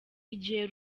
igihe